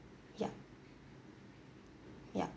yup yup